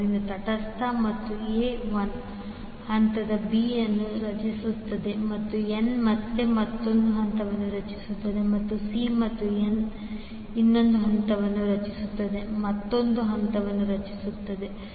ಆದ್ದರಿಂದ ತಟಸ್ಥ ಮತ್ತು A 1 ಹಂತದ B ಅನ್ನು ರಚಿಸುತ್ತದೆ ಮತ್ತು n ಮತ್ತೆ ಮತ್ತೊಂದು ಹಂತವನ್ನು ರಚಿಸುತ್ತದೆ ಮತ್ತು C ಮತ್ತು n ರಚಿಸುತ್ತದೆ ಮತ್ತೊಂದು ಹಂತವನ್ನು ರಚಿಸುತ್ತದೆ